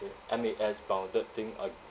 with M_A_S bounded thing or